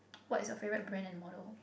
what is your favourite brand and model